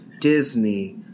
Disney